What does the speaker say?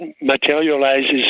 materializes